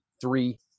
three